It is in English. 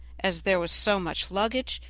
as there was so much luggage,